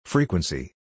Frequency